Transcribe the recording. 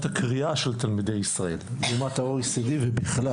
הקריאה של תלמידי ישראל לעומת ה-OECD ובכלל.